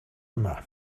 yma